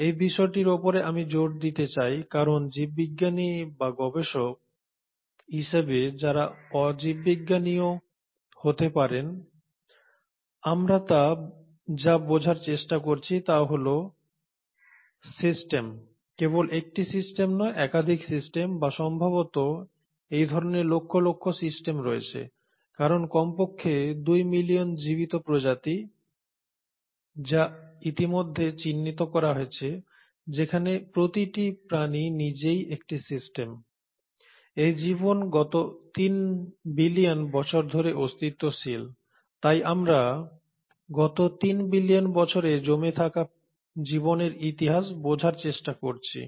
এই বিষয়টির উপরে আমি জোর দিতে চাই কারণ জীববিজ্ঞানী বা গবেষক হিসাবে যারা অ জীববিজ্ঞানীও হতে পারেন আমরা যা বোঝার চেষ্টা করছি তা হল সিস্টেম কেবল একটি সিস্টেম নয় একাধিক সিস্টেম বা সম্ভবত এইরকমের লক্ষ লক্ষ সিস্টেম রয়েছে কারণ কমপক্ষে 2 মিলিয়ন জীবিত প্রজাতি যা ইতিমধ্যে চিহ্নিত করা হয়েছে যেখানে প্রতিটি প্রাণী নিজেই একটি সিস্টেম এই জীবন গত 3 বিলিয়ন বছর ধরে অস্তিত্বশীল তাই আমরা গত 3 বিলিয়ন বছরে জমে থাকা জীবনের ইতিহাস বোঝার চেষ্টা করছি